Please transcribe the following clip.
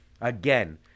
Again